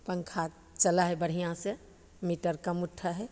पन्खा चलै हइ बढ़िआँसे मीटर कम उठऽ हइ